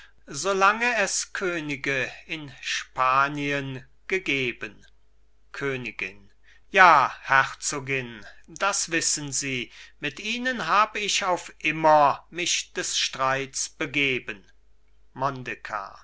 solange es könige in spanien gegeben königin ja herzogin das wissen sie mit ihnen hab ich auf immer mich des streits begeben mondekar